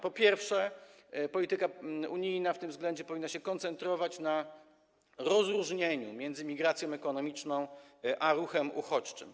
Po pierwsze, polityka unijna w tym względzie powinna się koncentrować na rozróżnieniu migracji ekonomicznej i ruchu uchodźczego.